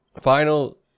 final